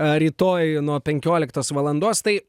ar rytoj nuo penkioliktos valandos tai